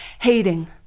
hating